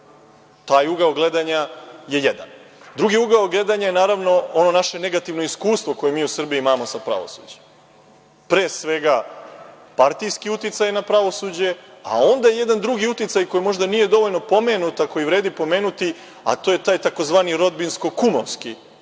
Taj ugao gledanja je jedan. Drugi ugao gledanja je naravno, ono naše negativno iskustvo koje mi u Srbiji imamo sa pravosuđem. Pre svega, partijski uticaj na pravosuđe, a onda jedan drugi uticaj koji možda nije dovoljno pomenut, a koji vredi pomenuti, a to je tzv. rodbinsko kumovski